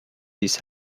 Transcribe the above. this